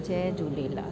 Jay Jhulelal